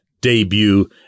debut